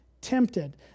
tempted